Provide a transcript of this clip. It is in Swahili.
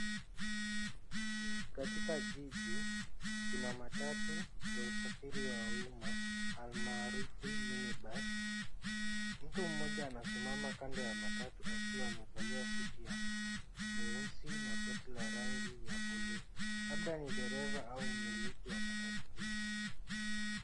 Katika jiji kuna matatu za usafiri wa umma, almarufu mini bus .Mtu mmoja anasimama kando ya matatu, akiwa amevalia suti ya mweusi na koti la rangi ya buluu, labda ni dereva au mmiliki wa matatu hizi.